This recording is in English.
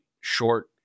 short